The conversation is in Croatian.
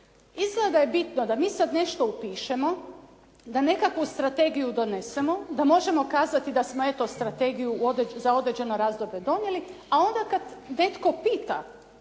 Izgleda da je bitno da mi sad nešto upišemo, da nekakvu strategiju donesemo da možemo kazati da smo eto, strategiju za određeno razdoblje donijeli, a onda kad netko pita,